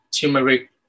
turmeric